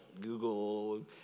Google